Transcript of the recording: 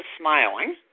smiling